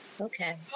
Okay